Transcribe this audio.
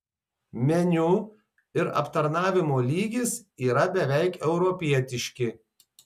meniu ir aptarnavimo lygis yra beveik europietiški